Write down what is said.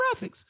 graphics